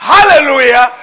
Hallelujah